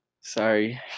sorry